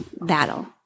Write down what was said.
battle